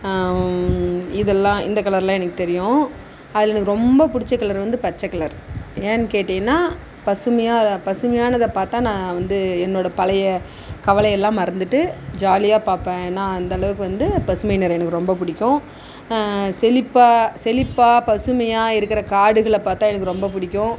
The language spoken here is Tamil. இதெல்லாம் இந்த கலருலாம் எனக்கு தெரியும் அதில் எனக்கு ரொம்ப பிடிச்ச கலரு வந்து பச்சை கலர் ஏன்னு கேட்டிங்கன்னா பசுமையாக பசுமையானதை பார்த்தா நான் வந்து என்னோட பழைய கவலை எல்லாம் மறந்துவிட்டு ஜாலியாக பார்ப்பேன் ஏன்னா அந்தளவுக்கு வந்து பசுமை நிறம் எனக்கு ரொம்ப பிடிக்கும் செழிப்பாக செழிப்பாக பசுமையாக இருக்கிற காடுகளை பார்த்தா எனக்கு ரொம்ப பிடிக்கும்